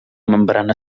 membrana